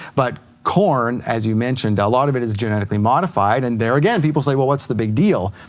but corn, as you mentioned, a lot of it is genetically modified, and there again, people say, well what's the big deal?